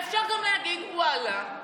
אפשר גם להגיד: ואללה,